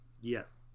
Yes